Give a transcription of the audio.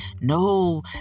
No